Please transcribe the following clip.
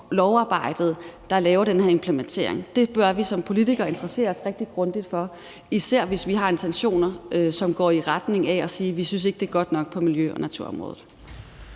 lovarbejdet, der laver den her implementering. Det bør vi som politikere interessere os rigtig grundigt for, især hvis vi har intentioner, som går i retning af at sige, at vi ikke synes, det er godt nok på miljø- og naturområdet.